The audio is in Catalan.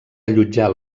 allotjar